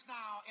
now